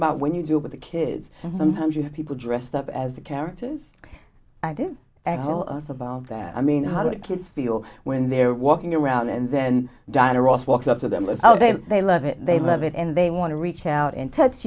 about when you do with the kids and sometimes you have people dressed up as the characters i did a whole us about that i mean how do kids feel when they're walking around and then diana ross walks up to them and they love it they love it and they want to reach out and touch